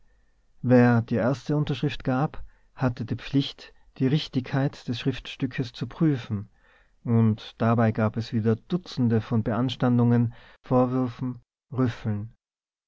wer die erste unterschrift gab hatte die pflicht die richtigkeit des schriftstückes zu prüfen und dabei gab es wieder dutzende von beanstandungen vorwürfen rüffeln